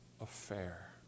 affair